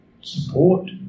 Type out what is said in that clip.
support